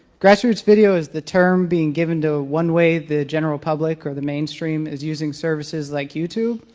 grassroots video is the term being given to one way the generally public or the mainstream is using services like youtube.